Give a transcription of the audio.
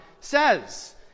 says